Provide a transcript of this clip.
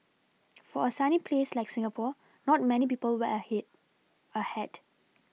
for a sunny place like Singapore not many people wear he wear hat